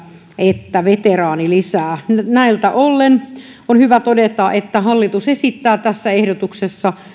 että veteraanilisää näiltä osin on hyvä todeta että hallitus esittää tässä ehdotuksessa